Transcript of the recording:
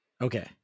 Okay